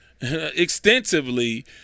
extensively